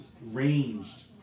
ranged